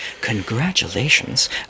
congratulations